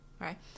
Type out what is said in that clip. right